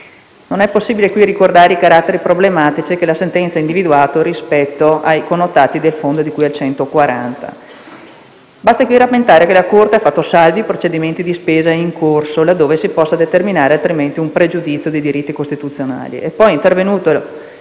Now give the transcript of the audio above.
Non è possibile qui ricordare i caratteri problematici che la sentenza ha individuato rispetto ai connotati del fondo di cui all'articolo 140. Basti qui rammentare che la Corte ha fatto salvi i procedimenti di spesa in corso, laddove si possa determinare altrimenti un pregiudizio di diritti costituzionali